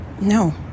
No